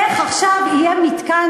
איך עכשיו יהיה מתקן